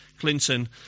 Clinton